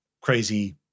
crazy